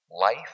life